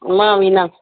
मां वीना